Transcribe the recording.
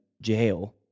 jail